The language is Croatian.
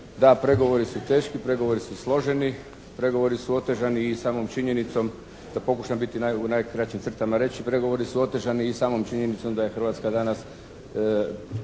Da pregovori su teški, pregovori su složeni, pregovori su otežani i samom činjenicom, da pokušam biti, u najkraćim crtama reći, pregovori su otežani i samom činjenicom da je Hrvatska danas